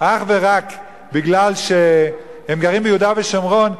אך ורק בגלל שהם גרים ביהודה ושומרון,